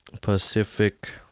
Pacific